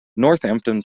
northampton